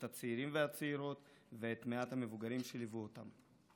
את הצעירים והצעירות ואת מעט המבוגרים שליוו אותם.